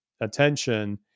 attention